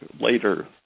later